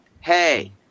hey